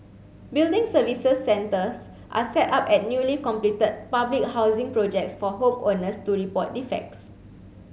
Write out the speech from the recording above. building services centres are set up at newly completed public housing projects for home owners to report defects